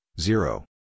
zero